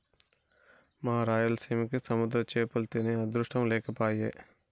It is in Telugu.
మా రాయలసీమకి సముద్ర చేపలు తినే అదృష్టం లేకపాయె